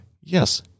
yes